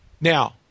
Now